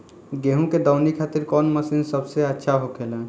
गेहु के दऊनी खातिर कौन मशीन सबसे अच्छा होखेला?